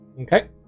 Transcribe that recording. Okay